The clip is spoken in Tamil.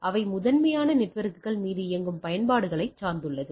அவை முதன்மையாக நெட்வொர்க்குகள் மீது இயங்கும் பயன்பாடுகளை சார்ந்துள்ளது